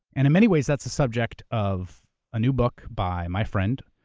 and in many ways, that's the subject of a new book by my friend,